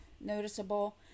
noticeable